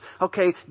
okay